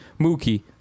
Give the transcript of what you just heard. Mookie